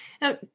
Now